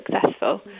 successful